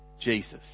Jesus